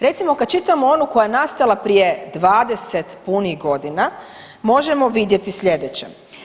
Recimo kad čitamo onu koja je nastala prije 20 punih godina možemo vidjeti slijedeće.